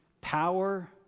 Power